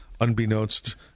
unbeknownst